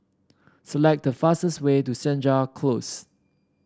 select the fastest way to Senja Close